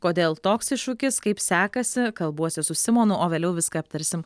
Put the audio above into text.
kodėl toks iššūkis kaip sekasi kalbuosi su simonu o vėliau viską aptarsim